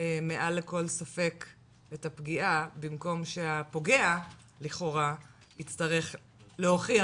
מעל לכל ספק את הפגיעה במקום שהפוגע לכאורה יצטרך להוכיח